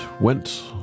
went